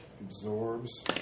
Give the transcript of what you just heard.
absorbs